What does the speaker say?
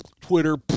Twitter